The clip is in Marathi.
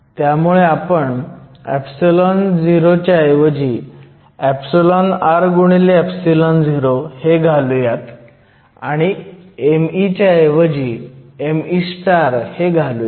त्यामुळे आपण o च्या ऐवजी r गुणिले o हे घालूयात आणि me च्या ऐवजी me हे घालूयात